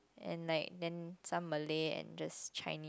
and like then some Malay and just Chinese